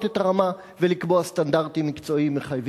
את הרמה ולקבוע סטנדרטים מקצועיים מחייבים.